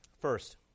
First